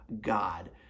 God